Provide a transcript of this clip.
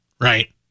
right